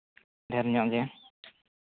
ᱰᱷᱮᱨ ᱧᱚᱜ ᱜᱮ